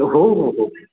हो हो हो